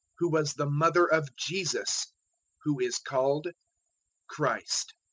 who was the mother of jesus who is called christ.